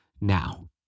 now